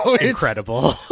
incredible